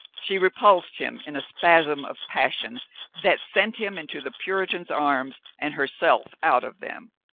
she repulsed him in a spasm of passion that sent him into the puritan's arms and herself out of them.